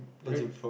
put it